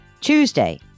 Tuesday